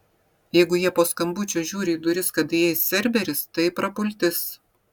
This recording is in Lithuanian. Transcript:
jeigu jie po skambučio žiūri į duris kad įeis cerberis tai prapultis